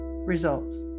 results